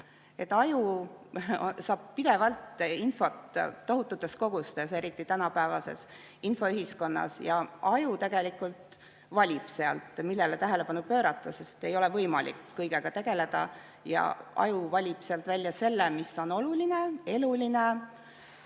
Aju saab pidevalt infot tohututes kogustes, eriti tänapäevases infoühiskonnas. Aju tegelikult valib sealt, millele tähelepanu pöörata, sest ei ole võimalik kõigega tegeleda. Aju valib sealt välja selle, mis on oluline, eluline,